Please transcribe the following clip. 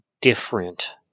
different